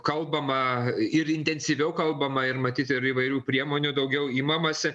kalbama ir intensyviau kalbama ir matyt ir įvairių priemonių daugiau imamasi